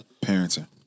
Parenting